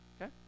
Okay